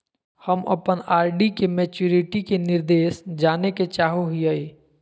हम अप्पन आर.डी के मैचुरीटी के निर्देश जाने के चाहो हिअइ